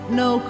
no